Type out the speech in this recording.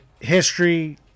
history